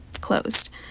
closed